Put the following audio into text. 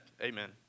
amen